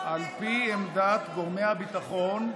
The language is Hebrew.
על פי עמדת גורמי הביטחון,